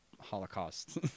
Holocaust